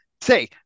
say